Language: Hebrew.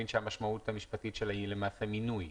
שהמשמעות המשפטית שלה היא למעשה מינוי.